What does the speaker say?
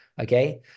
Okay